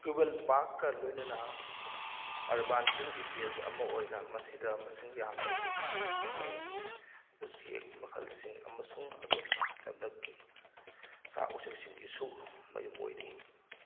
ꯀ꯭ꯌꯨꯕꯜ ꯄꯥꯔꯛꯀ ꯂꯣꯏꯅꯅ urban green space ꯑꯃ ꯑꯣꯏꯅ ꯃꯁꯤꯗ ꯃꯁꯤꯡ ꯌꯥꯝꯂꯕ ꯎꯃꯪꯒꯤ ꯎꯆꯦꯛ ꯃꯈꯜꯁꯤꯡ ꯑꯃꯁꯨꯡ ꯑꯇꯣꯞꯄ ꯂꯝꯂꯛꯀꯤ ꯁꯥ ꯎꯆꯦꯛꯁꯤꯡꯒꯤꯁꯨ ꯃꯌꯨꯝ ꯑꯣꯏꯔꯤ